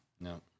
no